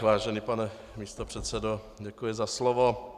Vážený pane místopředsedo, děkuji za slovo.